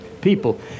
people